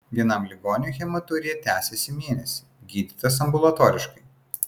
vienam ligoniui hematurija tęsėsi mėnesį gydytas ambulatoriškai